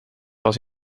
was